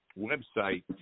website